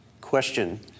question